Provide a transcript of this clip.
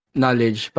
knowledge